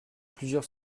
plusieurs